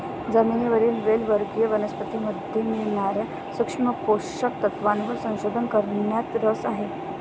जमिनीवरील वेल वर्गीय वनस्पतीमध्ये मिळणार्या सूक्ष्म पोषक तत्वांवर संशोधन करण्यात रस आहे